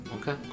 Okay